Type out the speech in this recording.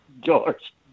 George